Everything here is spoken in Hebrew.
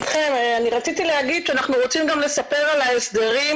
רציתי להגיד שאנחנו רוצים לספר על ההסדרים